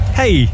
hey